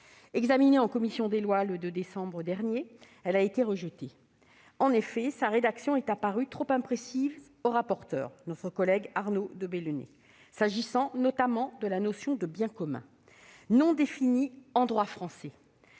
Examinée en commission des lois le mercredi 2 décembre dernier, elle a été rejetée. En effet, sa rédaction est apparue trop imprécise au rapporteur Arnaud de Belenet, s'agissant notamment de la notion de « biens communs », qui n'est pas définie en droit français.